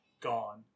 Gone